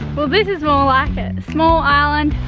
well this is more like a small island.